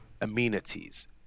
amenities